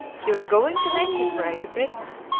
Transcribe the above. he was going to make his way to britain.